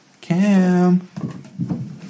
Cam